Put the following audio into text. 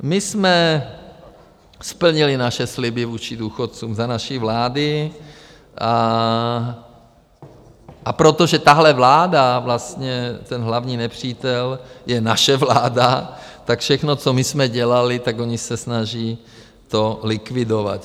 My jsme splnili naše sliby vůči důchodcům za naší vlády, a protože tahle vláda vlastně ten hlavní nepřítel je naše vláda, tak všechno, co my jsme dělali, tak oni se snaží to likvidovat.